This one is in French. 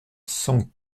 cent